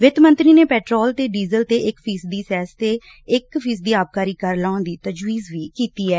ਵਿੱਤ ਮੰਤਰੀ ਨੇ ਪੈਟਰੋਲ ਤੇ ਡੀਜ਼ਲ ਤੇ ਇਕ ਫ਼ੀਸਦੀ ਸੈਸ ਤੇ ਇਕ ਫ਼ੀਸਦੀ ਆਬਕਾਰੀ ਕਰ ਲਾਉਣ ਦੀ ਤਜਵੀਜ ਵੀ ਕੀਤੀ ਏ